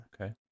Okay